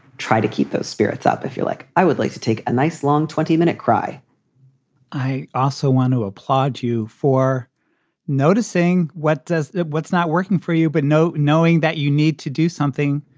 try to keep those spirits up if you like, i would like to take a nice long twenty minute cry i also want to applaud you for noticing what does what's not working for you. but no knowing that you need to do something.